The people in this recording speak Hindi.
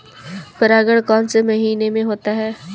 परागण कौन से महीने में होता है?